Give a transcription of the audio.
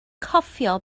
cofio